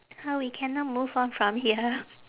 how we cannot move on from here